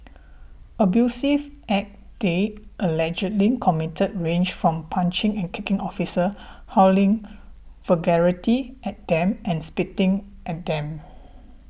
abusive acts they allegedly committed range from punching and kicking officers hurling vulgarities at them and spitting at them